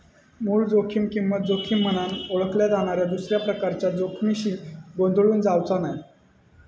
मूळ जोखीम किंमत जोखीम म्हनान ओळखल्या जाणाऱ्या दुसऱ्या प्रकारच्या जोखमीशी गोंधळून जावचा नाय